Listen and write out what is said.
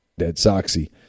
DeadSoxy